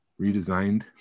redesigned